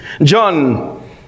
John